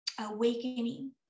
awakening